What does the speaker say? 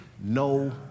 no